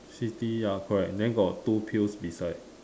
city ya correct then got two pills beside